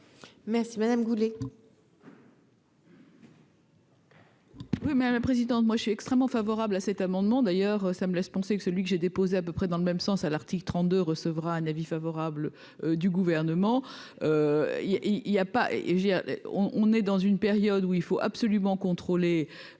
Merci Madame Goulet.